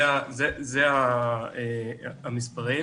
אלה המספרים.